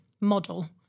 model